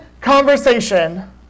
conversation